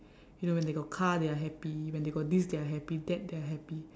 you know when they got car they are happy when they got this they are happy that they are happy